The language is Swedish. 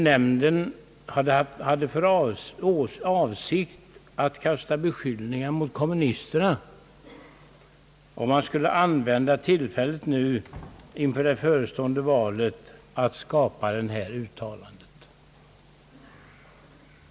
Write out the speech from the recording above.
Nämnden skulle ha haft för avsikt »att rikta beskyllningar mot kommunisterna» och man skulle inför det förestående valet »använda tillfället att göra detta uttalande».